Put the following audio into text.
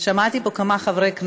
שמעתי פה כמה חברי כנסת,